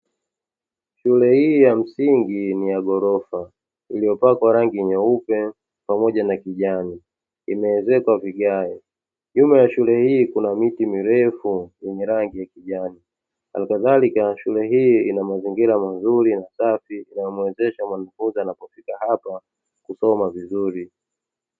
Shule hii ya msingi ni yaghorofa iliyopakwa rangi nyeupe pamoja na kijani imeezekwa vigae, nyuma ya shule hii kuna miti mirefu yenye rangi ya kijani . Alikadhalika shule hii inamazingira mazuri na safi inayo muwezesha mwanafunzi anapofika hapa kusoma vizuri.